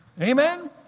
Amen